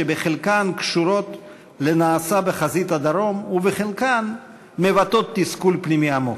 שחלקן קשורות לנעשה בחזית הדרום וחלקן מבטאות תסכול פנימי עמוק.